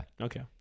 okay